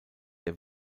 der